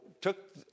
took